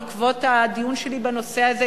בעקבות הדיון שלי בנושא הזה,